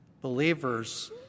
believers